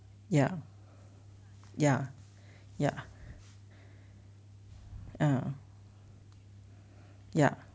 ya ya ya uh ya